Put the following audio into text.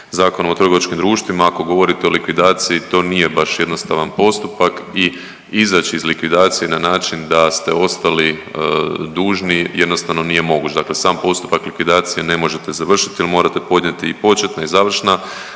Zakonom o trgovačkim društvima, ako govorite o likvidaciji to nije baš jednostavan postupak i izaći iz likvidaciji na način da ste ostali dužni jednostavno nije moguć. Dakle, sam postupak likvidacije ne možete završiti jer morate podnijeti i početna i završna